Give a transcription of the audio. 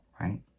right